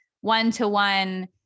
one-to-one